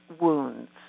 wounds